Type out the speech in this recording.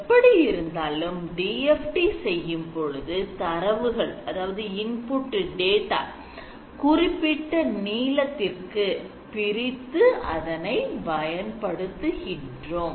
எப்படி இருந்தாலும் DFT செய்யும் பொழுது தரவுகளை குறிப்பிட்ட நீளத்திற்கு பிரித்து அதனை பயன்படுத்துகின்றோம்